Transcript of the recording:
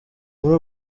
muri